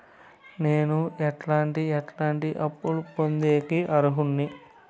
నేను ఎట్లాంటి ఎట్లాంటి అప్పులు పొందేకి అర్హుడిని?